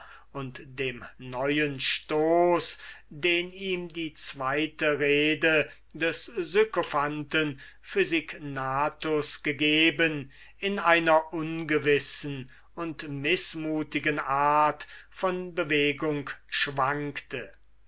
und dem neuen stoß den ihm die zwote rede des sykophanten physignathus gegeben in einer ungewissen und unmutigen art von bewegung schwankte